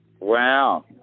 Wow